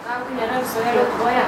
kaukių nėra visoje lietuvoje